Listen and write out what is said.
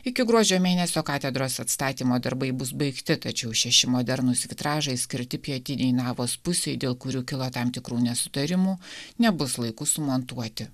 iki gruodžio mėnesio katedros atstatymo darbai bus baigti tačiau šeši modernūs vitražai skirti pietiniai navos pusei dėl kurių kilo tam tikrų nesutarimų nebus laiku sumontuoti